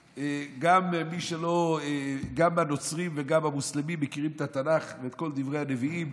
גם הנוצרים וגם המוסלמים מכירים את התנ"ך ואת כל דברי הנביאים